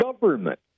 government